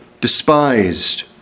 despised